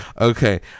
Okay